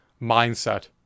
mindset